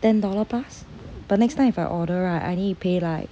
ten dollar plus but next time if I order right I need to pay like